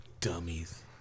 Dummies